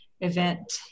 event